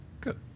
good